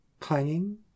clanging